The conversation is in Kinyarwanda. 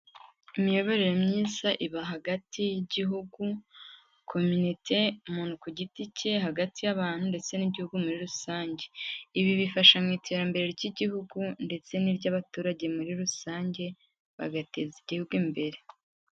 Imiyoborere myiza iba hagati y'igihugu, komite, umuntu ku giti cye, hagati y'abantu ndetse n'Igihugu muri rusange, ibi bifasha mu iterambere ry'igihugu ndetse n'iry'abaturage muri rusange bagateza igihugu imbere.